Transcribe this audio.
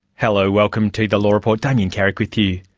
hello, welcome to the law report, damien carrick with you.